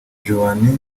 joan